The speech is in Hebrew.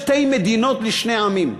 "שתי מדינות לשני עמים".